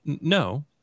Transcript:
No